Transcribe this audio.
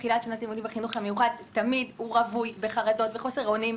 בחינוך המיוחד הוא תמיד רווי בחרדות ובחוסר אונים,